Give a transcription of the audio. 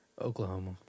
Oklahoma